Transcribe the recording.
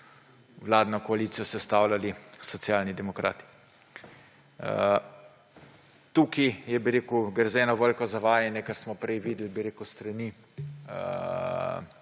vladno koalicijo sestavljali Socialni demokrati. Tukaj gre za eno veliko zavajanje, ker smo prej videli s strani